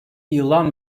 yılan